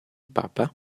papa